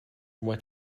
what